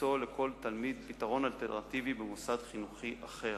למצוא לכל תלמיד פתרון אלטרנטיבי במוסד חינוכי אחר.